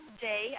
day